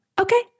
Okay